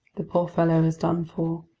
the poor fellow was done for.